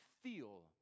feel